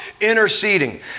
interceding